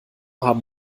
haben